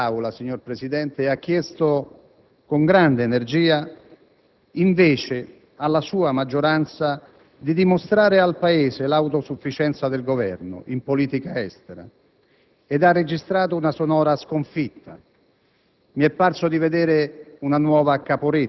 Il ministro D'Alema è venuto in quest'Aula, signor Presidente, e ha invece chiesto con grande energia alla sua maggioranza di dimostrare al Paese l'autosufficienza del Governo in politica estera ed ha registrato una sonora sconfitta: